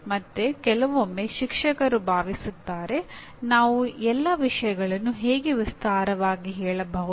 ಮತ್ತು ಕೆಲವೊಮ್ಮೆ ಶಿಕ್ಷಕರು ಭಾವಿಸುತ್ತಾರೆ ನಾವು ಎಲ್ಲ ವಿಷಯಗಳನ್ನು ಹೇಗೆ ವಿಸ್ತಾರವಾಗಿ ಹೇಳಬಹುದು